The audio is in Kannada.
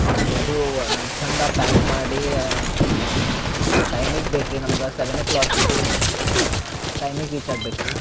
ಹಾಂ ರೀ ಅದು ಛಂದ ಪ್ಯಾಕ್ ಮಾಡಿ ಟೈಮಿಗೆ ಬೇಕ್ರೀ ನಮ್ಗೆ ಸೆವೆನ್ ಓ ಕ್ಲಾಕಿಗೇ ಟೈಮಿಗೆ ರೀಚ್ ಆಗ್ಬೇಕು ರೀ